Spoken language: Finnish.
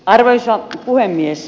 arvoisa puhemies